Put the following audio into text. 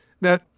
Now